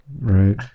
right